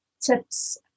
tips